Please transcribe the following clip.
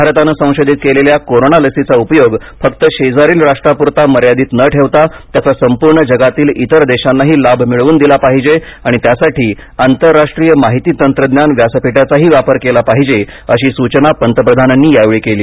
भारताने संशोधित केलेल्या कोरोना लसीचा उपयोग फक्त शेजारील राष्ट्राप्रता मर्यादित न ठेवता त्याचा संपूर्ण जगातील इतर देशानांही लाभ मिळवून दिला पाहिजे आणि त्यासाठी आंतरराष्ट्रीय माहिती तंत्रज्ञान व्यासपीठाचा ही वापर केला पाहिजे अशी सुचना पंतप्रधानांनी यावेळी केली